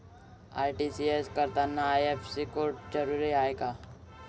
RTGS करतांनी IFSC code जरुरीचा हाय का?